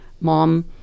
Mom